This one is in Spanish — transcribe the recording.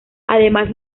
además